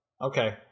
Okay